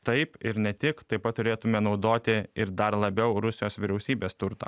taip ir ne tik taip pat turėtume naudoti ir dar labiau rusijos vyriausybės turtą